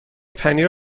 پنیر